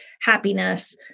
happiness